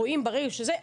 רואים ברגע שזה,